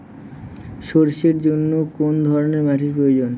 সরষের জন্য কোন ধরনের মাটির প্রয়োজন?